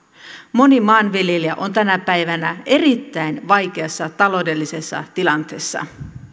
moni maanviljelijä on tänä päivänä erittäin vaikeassa taloudellisessa tilanteessa